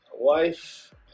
Wife